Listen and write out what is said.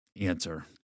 answer